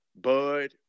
Bud